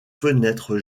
fenêtres